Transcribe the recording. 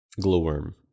glowworm